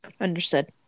Understood